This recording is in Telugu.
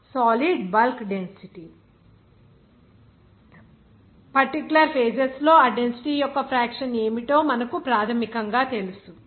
G G G L L L S S S particular phases లో ఆ డెన్సిటీ యొక్క ఫ్రాక్షన్ ఏమిటో మనకు ప్రాథమికంగా తెలుసు